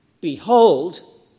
Behold